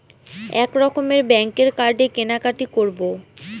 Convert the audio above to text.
এক রকমের ব্যাঙ্কের কার্ডে কেনাকাটি করব